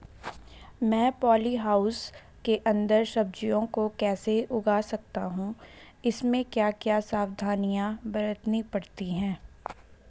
मैं poly house के अन्दर सब्जियों को कैसे उगा सकता हूँ इसमें क्या क्या सावधानियाँ बरतनी पड़ती है?